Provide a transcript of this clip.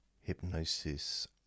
Hypnosis